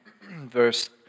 verse